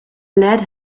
lead